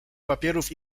papierów